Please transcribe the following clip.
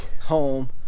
home